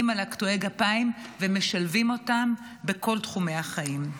על קטועי הגפיים ומשלבים אותם בכל תחומי החיים.